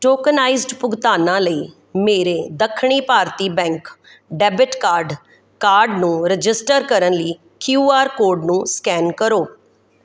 tokenized ਭੁਗਤਾਨਾਂ ਲਈ ਮੇਰੇ ਦੱਖਣੀ ਭਾਰਤੀ ਬੈਂਕ ਡੈਬਿਟ ਕਾਰਡ ਕਾਰਡ ਨੂੰ ਰਜਿਸਟਰ ਕਰਨ ਲਈ ਕਿਊ ਆਰ ਕੋਡ ਨੂੰ ਸਕੈਨ ਕਰੋ